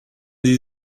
sie